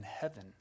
heaven